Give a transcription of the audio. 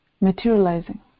materializing